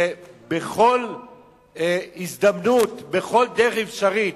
שבכל הזדמנות, בכל דרך אפשרית,